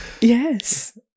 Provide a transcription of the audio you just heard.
Yes